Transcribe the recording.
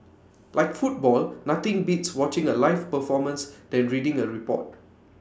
like football nothing beats watching A live performance than reading A report